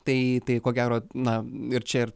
tai tai ko gero na ir čia